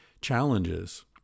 challenges